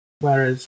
whereas